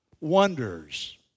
wonders